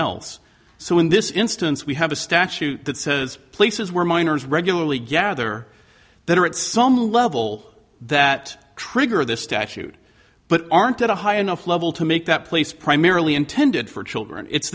else so in this instance we have a statute that says places where minors regularly gather that are at some level that trigger this statute but aren't at a high enough level to make that place primarily intended for children it's